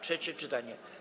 Trzecie czytanie.